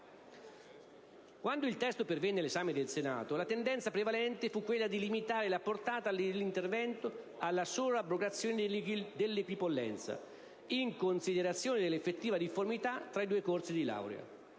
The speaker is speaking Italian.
Quando il testo pervenne all'esame del Senato, la tendenza prevalente fu quella di limitare la portata dell'intervento alla sola abrogazione dell'equipollenza, in considerazione dell'effettiva difformità fra i due corsi di laurea;